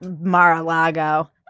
Mar-a-Lago